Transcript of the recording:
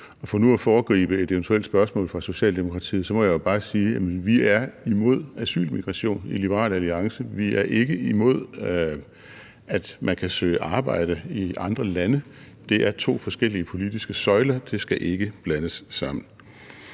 for nu at foregribe et eventuelt spørgsmål fra Socialdemokratiet må jeg bare sige, at vi i Liberal Alliance er imod asylmigration. Vi er ikke imod, at man kan søge arbejde i andre lande. Det er to forskellige politiske søjler. Det skal ikke blandes sammen.